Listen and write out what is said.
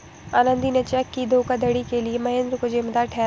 आनंदी ने चेक की धोखाधड़ी के लिए महेंद्र को जिम्मेदार ठहराया